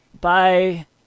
bye